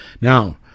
Now